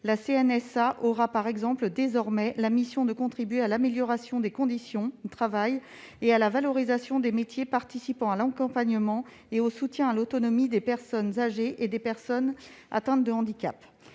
La CNSA aura désormais, par exemple, la mission de contribuer à l'amélioration des conditions de travail des personnes exerçant les métiers participant à l'accompagnement et au soutien à l'autonomie des personnes âgées et des personnes atteintes de handicap